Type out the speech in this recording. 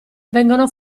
vengono